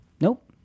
nope